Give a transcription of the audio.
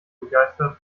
begeistert